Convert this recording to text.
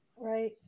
Right